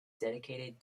dedicated